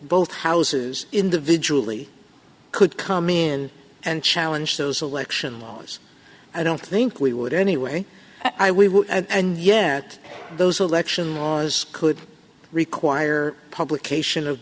both houses in the vigil e could come in and challenge those election laws i don't think we would anyway i we were and yet those election laws could require publication of